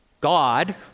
God